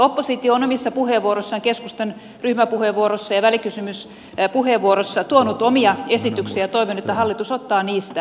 oppositio on omissa puheenvuoroissaan keskustan ryhmäpuheenvuorossa ja välikysymyspuheenvuorossa tuonut omia esityksiä ja toivon että hallitus ottaa niistä onkeensa